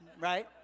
right